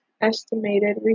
estimated